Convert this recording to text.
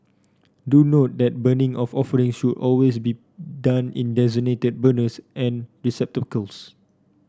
do note that burning of offering should always be done in designated burners and receptacles